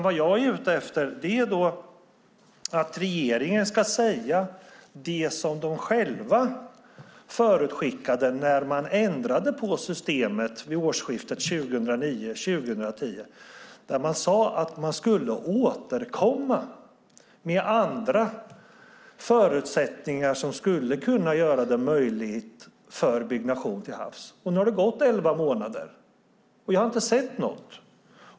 Vad jag är ute efter är att regeringen ska säga det som man själv förutskickade när man ändrade på systemet vid årsskiftet 2009-2010. Då sade man att man skulle återkomma med andra förutsättningar som skulle kunna göra det möjligt för byggnation till havs. Nu har det gått elva månader, och jag har inte sett något.